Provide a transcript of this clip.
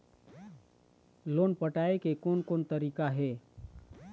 Loan पटाए के कोन कोन तरीका हे?